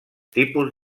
tipus